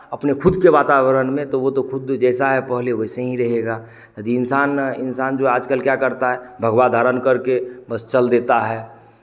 अपने खुद के वातावरण में तो वो तो खुद जैसा है पहले वैसा ही रहेगा यदि इंसान इंसान जो आजकल क्या करता है भगवा धारण करके बस चल देता है